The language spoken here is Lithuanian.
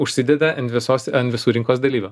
užsideda ant visos ant visų rinkos dalyvių